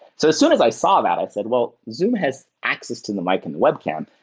so as soon as i saw that, i said, well, zoom has access to the mic and web cam.